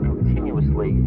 continuously